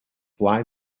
fly